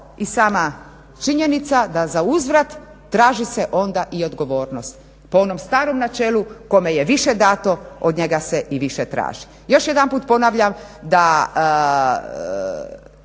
i sama činjenica da za uzvrat traži se onda i odgovornost. Po onom starom načelu kome je više dato od njega se i više traži. Još jedanput ponavljam da